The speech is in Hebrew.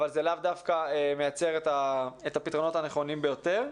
אבל זה לאו דווקא מייצר פתרונות נכונים ביותר.